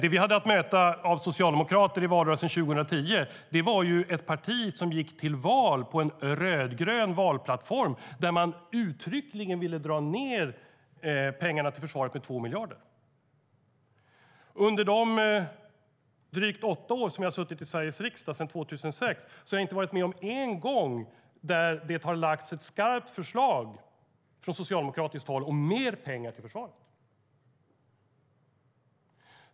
Socialdemokraterna som vi mötte i valrörelsen 2010 var ett parti som gick till val med en rödgrön valplattform där man uttryckligen ville dra ned anslaget till försvaret med 2 miljarder. Under de drygt åtta år som jag suttit i Sveriges riksdag, sedan 2006, har jag inte en enda gång varit med om att det från socialdemokratiskt håll lagts fram ett skarpt förslag om mer pengar till försvaret.